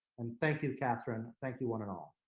and thank you, katharine. thank you, one and all.